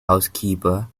housekeeper